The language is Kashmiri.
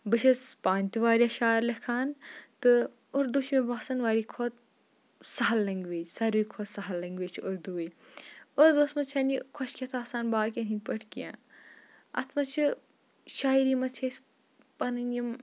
بہٕ چھس پانہٕ تہِ واریاہ شعر لیکھان تہٕ اردوٗ چھِ مےٚ باسان کھۄتہٕ سہل لٮ۪نٛگویج ساروِی کھۄتہٕ سہل لٮ۪نٛگویج چھِ اردوٗ وٕے اردوٗوَس منٛز چھَنہٕ یہِ کھۄشکٮ۪تھ آسان باقٕیَن ہِنٛدۍ پٲٹھۍ کینٛہہ اَتھ منٛز چھِ شاعری منٛز چھِ أسۍ پَنٕنۍ یِم